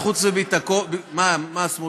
שוועדת החוץ והביטחון, מה, סמוטריץ?